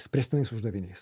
spręstinais uždaviniais